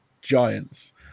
Giants